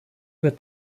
wird